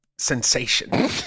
sensation